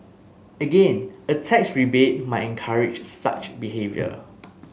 again a tax rebate might encourage such behaviour